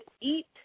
eat